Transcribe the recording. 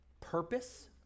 purpose